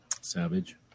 Savage